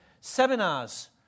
seminars